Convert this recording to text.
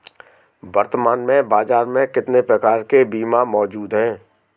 वर्तमान में बाज़ार में कितने प्रकार के बीमा मौजूद हैं?